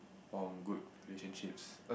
form good relationships